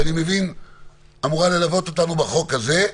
שאני מבין אמורה ללוות אותנו בחוק הזה,